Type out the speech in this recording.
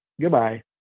goodbye